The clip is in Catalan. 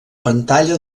pantalla